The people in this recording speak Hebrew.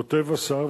כותב השר,